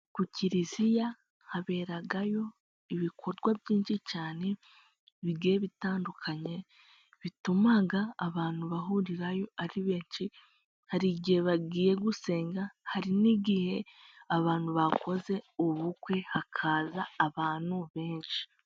Ku kiliziya haberayo ibikorwa byinshi cyane bigiye bitandukanye, bituma abantu bahurirayo ari benshi, hari igihe bagiye gusenga ,hari n'igihe abantu bakoze ubukwe hakaza abantu benshi.